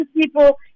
people